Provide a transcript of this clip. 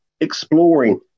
exploring